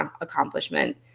accomplishment